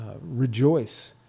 rejoice